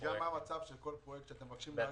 וגם מה המצב של כל פרויקט שאתם מבקשים להאריך,